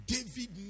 David